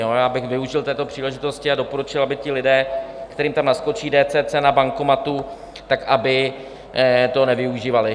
Já bych využil této příležitosti a doporučil, aby ti lidé, kterým tam naskočí DCC na bankomatu, tak aby to nevyužívali.